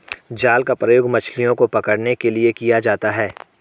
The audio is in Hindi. जाल का प्रयोग मछलियो को पकड़ने के लिये किया जाता है